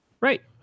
Right